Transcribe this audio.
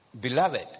Beloved